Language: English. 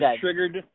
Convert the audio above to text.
triggered